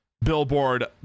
billboard